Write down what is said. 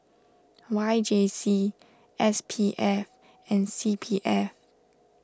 Y J C S P F and C P F